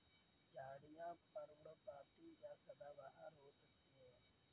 झाड़ियाँ पर्णपाती या सदाबहार हो सकती हैं